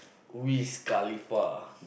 Wiz-Khalifa